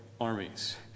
armies